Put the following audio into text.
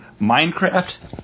Minecraft